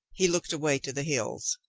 he looked away to the hills.